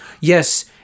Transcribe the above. yes